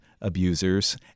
abusers